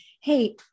hey